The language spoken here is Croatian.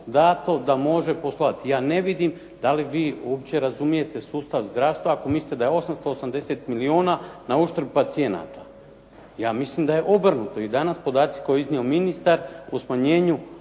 dato da može poslovati. Ja ne vidim da li vi uopće razumijete sustav zdravstva ako mislite da je 880 milijuna na uštrb pacijenata. Ja mislim da je obrnuto. I danas podaci koje je iznio ministar po smanjenju